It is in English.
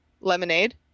lemonade